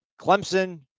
Clemson